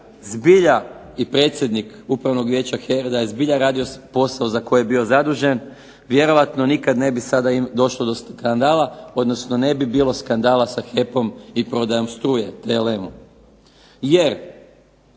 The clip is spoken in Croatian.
zbilja, i predsjednik Upravnog vijeća HERA-e da je zbilja radio posao za koji je bio zadužen vjerojatno nikad ne bi sada došlo do skandala, odnosno ne bi bilo skandala sa HEP-om i prodajom struje TLM-u.